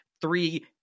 three